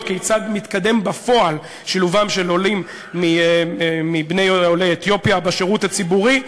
כיצד מתקדם בפועל שילובם של עולים מבני עולי אתיופיה בשירות הציבורי,